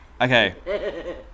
okay